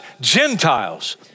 Gentiles